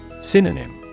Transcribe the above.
Synonym